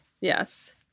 yes